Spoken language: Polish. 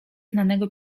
znanego